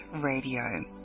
Radio